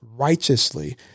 Righteously